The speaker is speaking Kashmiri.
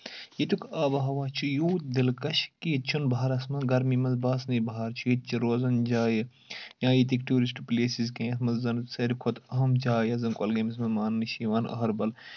ییتیُک آبہٕ ہوا چھُ یوٗت دِلکش کہِ ییٚتہِ چھُنہٕ بہارَس منٛز گرمی منٛز باسنٕے بہار چھِ ییٚتہِ چھِ روزَان جایہِ یا ییٚتِکۍ ٹیوٗرِسٹہٕ پٕلیس کینٛہہ یَتھ منٛز زَن ساروی کھۄتہٕ اَہم جاے یۄس زَن کۄلگٲمِس منٛز ماننہٕ چھِ یِوان أہربَل